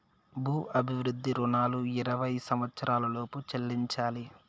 భూ అభివృద్ధి రుణాలు ఇరవై సంవచ్చరాల లోపు చెల్లించాలి